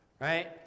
Right